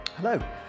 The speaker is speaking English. Hello